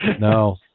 No